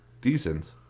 decent